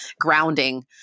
grounding